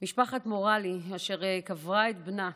משפחת מורלי, אשר קברה את בנה